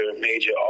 major